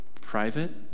private